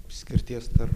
skirties tar